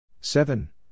Seven